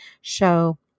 show